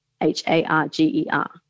H-A-R-G-E-R